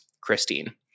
Christine